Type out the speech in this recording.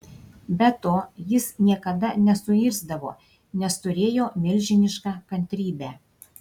be to jis niekada nesuirzdavo nes turėjo milžinišką kantrybę